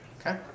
Okay